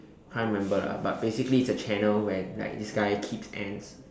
can't remember lah but basically it's a channel where like this guy keeps ants